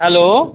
hello